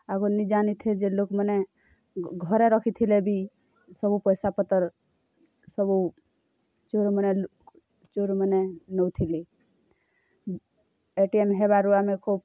ଆଗ ନି ଯାନିଥାଇ ଯେ ଲୋକ୍ମାନେ ଘରେ ରଖିଥିଲେ ବି ସବୁ ପଇସାପତର୍ ସବୁ ଚୋର୍ମାନେ ଚୋର୍ମାନେ ନେଉଥିଲେ ଏଟିଏମ୍ ହେବାରୁ ଆମେ ଖୋବ୍